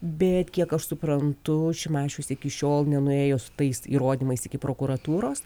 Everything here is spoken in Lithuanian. bet kiek aš suprantu šimašius iki šiol nenuėjo su tais įrodymais iki prokuratūros